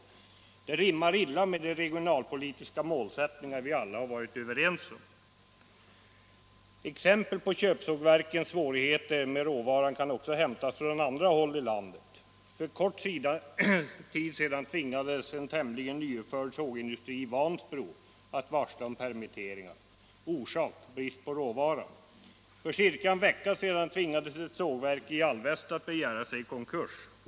Det rimmar illa med de regionalpolitiska målsättningar vi alla har varit överens om. Exempel på köpsågverkens svårigheter med råvaran kan också hämtas från andra håll i landet. För kort tid sedan tvingades en tämligen nyuppförd sågindustri i Vansbro att varsla om permitteringar. Orsak: brist på råvara. För ca en vecka sedan tvingades ett sågverk i Alvesta att begära sig i konkurs.